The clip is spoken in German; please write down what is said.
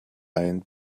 ein